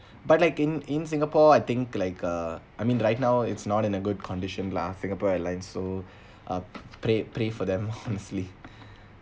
but like in in singapore I think like uh I mean right now it's not in a good condition lah singapore airline so uh pray pray for them loh honestly